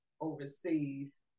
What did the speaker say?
overseas